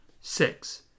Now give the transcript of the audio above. Six